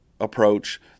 approach